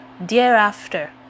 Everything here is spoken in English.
thereafter